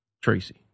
Tracy